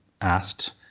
asked